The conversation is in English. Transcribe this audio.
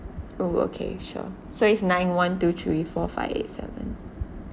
oh okay sure so it's nine one two three four five eight seven